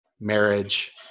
marriage